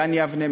בגן-יבנה,